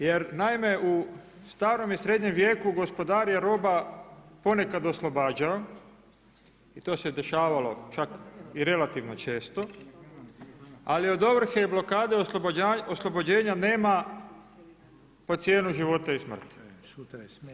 Jer naime u starom i srednjem vijeku gospodar je roba ponekad oslobađao i to se dešavalo čak i relativno često, ali od ovrhe i blokade oslobođenja nema po cijenu života i smrti.